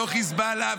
לא חיזבאללה,